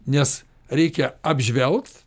nes reikia apžvelgt